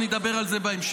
אני אדבר על זה בהמשך.